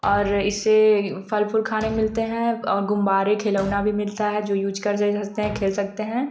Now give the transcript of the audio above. और इसे फल फूल खाने को मिलते हैं और गुब्बारे खिलौना भी मिलता है जो मिलता है यूज कर खेल सकते हैं